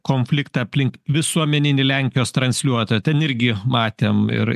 konfliktą aplink visuomeninį lenkijos transliuotą ten irgi matėm ir